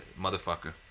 Motherfucker